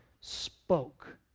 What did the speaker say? spoke